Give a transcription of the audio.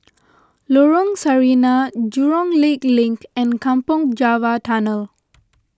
Lorong Sarina Jurong Lake Link and Kampong Java Tunnel